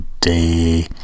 day